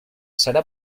serà